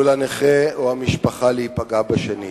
הנכה, או המשפחה, עלול להיפגע בשנית,